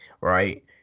Right